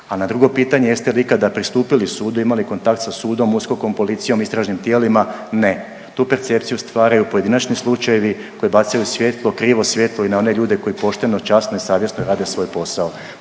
A na drugo pitanje jeste li ikada pristupili sudu, imali kontakt sa sudom, USKOK-om, policijom, istražnim tijelima? Ne. Tu percepciju stvaraju pojedinačni slučajevi koji bacaju svjetlo, krivo svjetlo i na one ljude koji pošteno, časno i savjesno rade svoj posao.